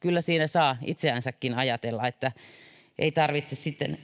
kyllä siinä saa itseänsäkin ajatella ei tarvitse